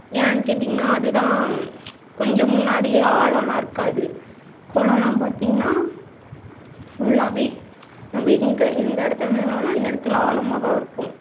ஏன் கேட்டிங்கனா அதுதான் கொஞ்சம் முன்னாடியே ஆழலாம் இருக்காது குளலாம் பார்த்திங்கனா ஃபுல்லாகவே நம்ம எங்கே எந்த இடத்துல நின்றாலும் அந்த இடத்துல ஆழமாதான் இருக்கும்